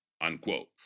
unquote